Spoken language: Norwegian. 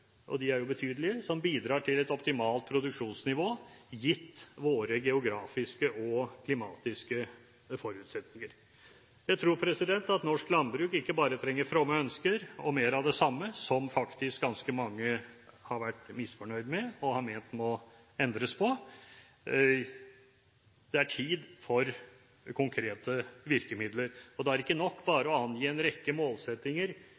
og de er jo betydelige – som bidrar til et optimalt produksjonsnivå, gitt våre geografiske og klimatiske forutsetninger. Jeg tror at norsk landbruk ikke bare trenger fromme ønsker og mer av det samme, som faktisk ganske mange har vært misfornøyd med og har ment må endres på. Det er tid for konkrete virkemidler. Det er ikke nok bare å angi en rekke målsettinger